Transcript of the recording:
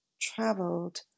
traveled